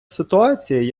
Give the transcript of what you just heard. ситуації